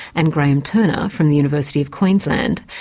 and graeme turner from the university of queensland,